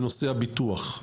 בנושא הביטוח.